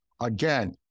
Again